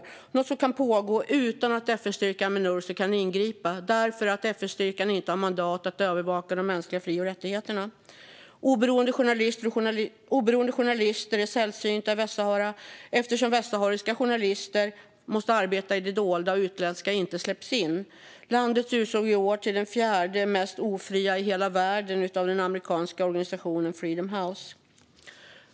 Det är något som kan pågå utan att FN-styrkan Minurso kan ingripa, eftersom den inte har mandat att övervaka de mänskliga fri och rättigheterna. Oberoende journalister är sällsynta i Västsahara, eftersom västsahariska journalister måste arbeta i det dolda och utländska inte släpps in. Landet utsågs i år till det fjärde mest ofria i hela världen av den amerikanska organisationen Freedom House.